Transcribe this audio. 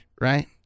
right